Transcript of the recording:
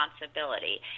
responsibility